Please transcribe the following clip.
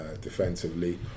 defensively